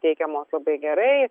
teikiamos labai gerai